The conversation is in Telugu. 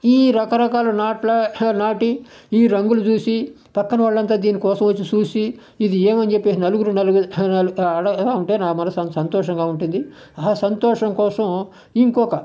ఈ రకరకాలు నాట్లా నాటి ఈ రంగులు చూసి పక్కన వాళ్ళంతా దీనికోసం వచ్చి చూసి ఇది ఏమని చెప్పేసి నలుగురు నాలుగు ఉంటే నా మనసు చానా సంతోషంగా ఉంటుంది ఆ సంతోషం కోసం ఇంకొక